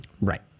Right